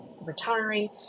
retiring